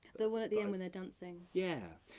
the one at the end when they're dancing. yeah,